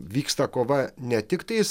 vyksta kova ne tik tais